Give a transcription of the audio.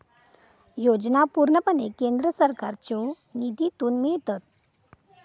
योजना पूर्णपणे केंद्र सरकारच्यो निधीतून मिळतत